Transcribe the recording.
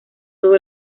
todo